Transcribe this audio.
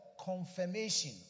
confirmation